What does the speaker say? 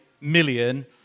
million